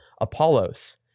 Apollos